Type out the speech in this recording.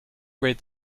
read